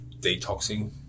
detoxing